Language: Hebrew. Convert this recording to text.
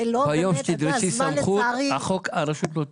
ביום שתדרשי סמכות הרשות לא תוקם.